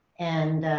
and